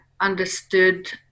understood